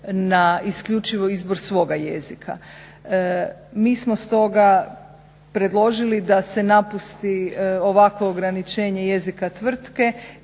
na isključivo izbor svoga jezika. Mi smo stoga predložili da se napusti ovakvo ograničenje jezika tvrtke